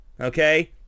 okay